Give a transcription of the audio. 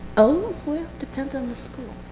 oh it depends on the school.